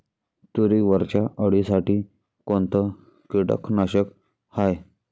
तुरीवरच्या अळीसाठी कोनतं कीटकनाशक हाये?